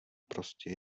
prostě